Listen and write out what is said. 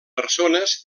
persones